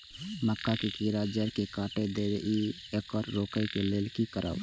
मक्का के कीरा जड़ से काट देय ईय येकर रोके लेल की करब?